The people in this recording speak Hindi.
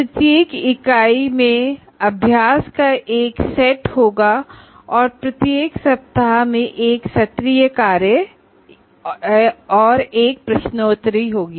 प्रत्येक इकाई में अभ्यास का एक सेट होगा और प्रत्येक सप्ताह में एक सत्रीय कार्य या एक प्रश्नोत्तरी होगी